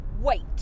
wait